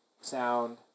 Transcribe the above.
sound